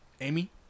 Amy